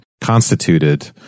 constituted